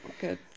good